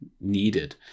needed